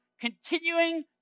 continuing